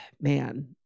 Man